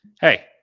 hey